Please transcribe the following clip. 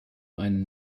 einen